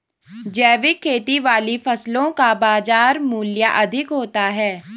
जैविक खेती वाली फसलों का बाजार मूल्य अधिक होता है